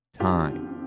time